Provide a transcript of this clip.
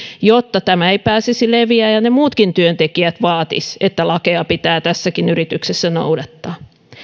jotta tämä asia ei pääsisi leviämään ja jotteivät ne muutkin työntekijät vaatisi että lakeja pitää tässäkin yrityksessä noudattaa